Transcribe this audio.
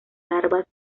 larvas